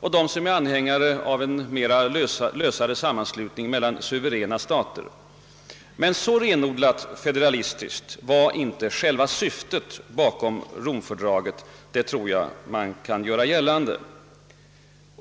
och dem som är anhängare av en mera lös sammanslutning mellan suveräna stater. Men så renodlat federalistiskt var inte själva syftet bakom Romfördraget; det tror jag mig kunna påstå.